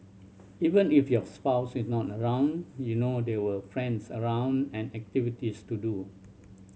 even if your spouse is not around you know there were friends around and activities to do